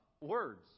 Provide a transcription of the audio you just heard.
words